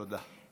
תודה.